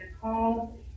call